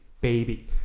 Baby